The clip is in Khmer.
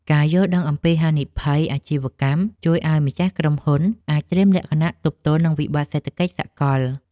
ការយល់ដឹងអំពីហានិភ័យអាជីវកម្មជួយឱ្យម្ចាស់ក្រុមហ៊ុនអាចត្រៀមលក្ខណៈទប់ទល់នឹងវិបត្តិសេដ្ឋកិច្ចសកល។